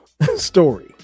story